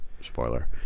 spoiler